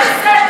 זה לא בסדר,